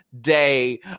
day